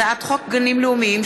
הצעת חוק גנים לאומיים,